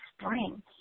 spring